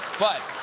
but